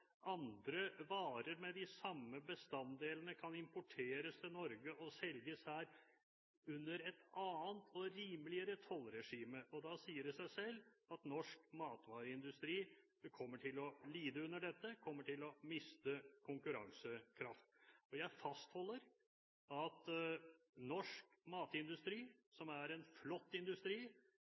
andre varer med de samme bestanddelene kan importeres til Norge og selges her under et annet og rimeligere tollregime, og da sier det seg selv at norsk matvareindustri kommer til å lide under dette – kommer til å miste konkurransekraft. Jeg fastholder at norsk matindustri, som er en flott industri,